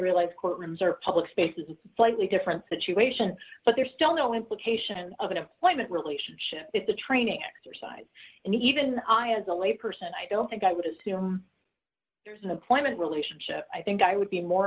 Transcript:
realize courtrooms are public spaces slightly different situation but there's still no implication of an employment relationship it's a training exercise and even i as a lay person i don't think i would assume there's an employment relationship i think i would be more